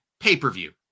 pay-per-view